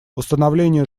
установление